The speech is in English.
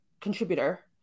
contributor